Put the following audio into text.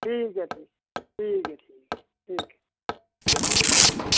ठीक ऐ ठीक ठीक ऐ ठीक ऐ ठीक ऐ